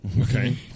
Okay